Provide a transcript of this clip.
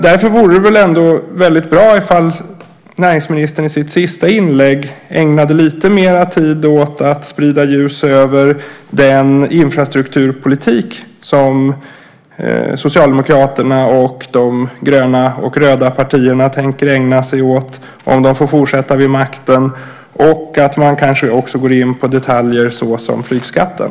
Därför vore det väldigt bra ifall näringsministern i sitt sista inlägg ägnade lite mer tid åt att sprida ljus över den infrastrukturpolitik som Socialdemokraterna och de gröna och röda partierna tänker ägna sig åt om de får fortsätta vid makten och kanske också gick in på detaljer såsom flygskatten.